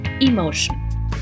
Emotion